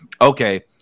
okay